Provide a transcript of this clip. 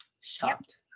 Shocked